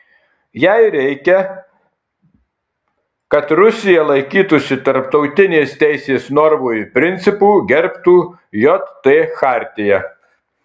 jai reikia kad rusija laikytųsi tarptautinės teisės normų ir principų gerbtų jt chartiją